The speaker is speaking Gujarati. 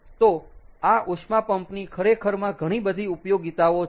તો આ ઉષ્મા પંપ ની ખરેખરમાં ઘણી બધી ઉપયોગીતાઓ છે